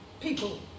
people